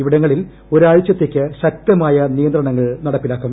ഇവിടങ്ങളിൽ ഒരാഴ്ചത്തേക്ക് ശക്തമായ നിയന്ത്രണങ്ങൾ നടപ്പിലാക്കും